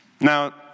Now